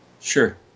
sure